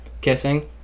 Kissing